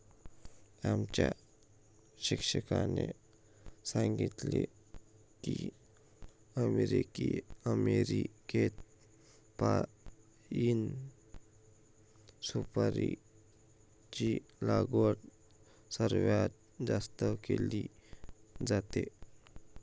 आमच्या शिक्षकांनी सांगितले की अमेरिकेत पाइन सुपारीची लागवड सर्वात जास्त केली जाते